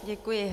Děkuji.